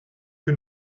que